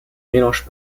mélange